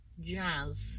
Jazz